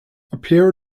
appear